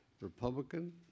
Republican